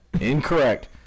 Incorrect